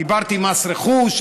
דיברתי עם מס רכוש,